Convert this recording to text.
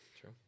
True